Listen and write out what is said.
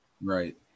Right